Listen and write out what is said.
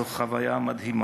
זו חוויה מדהימה,